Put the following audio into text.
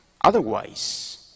Otherwise